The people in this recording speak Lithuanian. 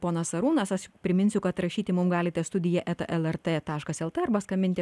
ponas arūnas aš priminsiu kad rašyti mums galite studija eta lrt el t arba skambinti